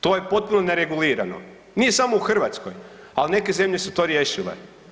To je potpuno neregulirano, nije samo u Hrvatskoj, al neke zemlje su to riješile.